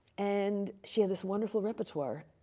and she had this wonderful repertoire.